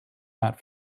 not